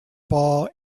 ball